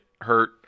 hurt